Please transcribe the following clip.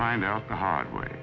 find out the hard way